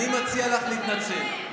ואני מציע לך להתנצל.